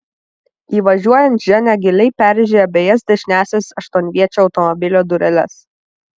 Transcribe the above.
išvažiuojant ženia giliai perrėžė abejas dešiniąsias aštuonviečio automobilio dureles